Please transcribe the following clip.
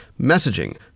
messaging